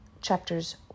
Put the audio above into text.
chapters